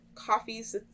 coffee's